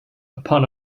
upon